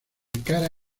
cara